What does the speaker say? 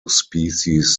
species